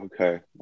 okay